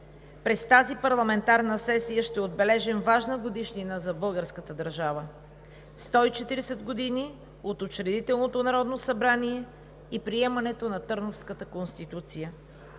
през тази парламентарна сесия ще отбележим важна годишнина за българската държава – 140 години от Учредителното народно събрание и приемането на Търновската конституция.